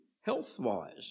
health-wise